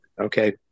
Okay